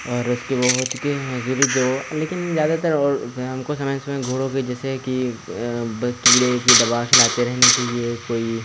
और उसके वह हो चुकी मजदूरी जो लेकिन ज़्यादातर और वह उनको समय समय घोड़ों की जैसे कि कीड़े की दवा खिलाते रहना चाहिए कोई